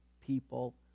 people